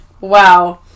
Wow